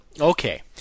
Okay